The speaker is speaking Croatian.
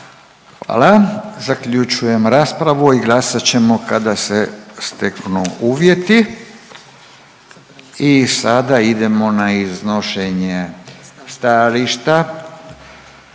Hvala. Zaključujem raspravu i glasat ćemo kada se steknu uvjeti. **Jandroković, Gordan